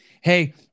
Hey